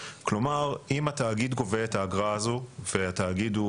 כלומר, אם התאגיד גובה את האגרה הזו והתאגיד הוא